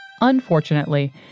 Unfortunately